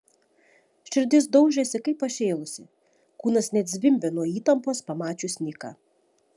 širdis daužėsi kaip pašėlusi kūnas net zvimbė nuo įtampos pamačius niką